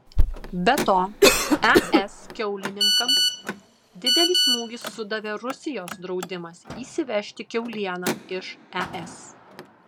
be to es kiaulininkams didelį smūgį sudavė rusijos draudimas įsivežti kiaulieną iš es